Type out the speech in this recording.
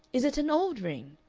is it an old ring?